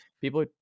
people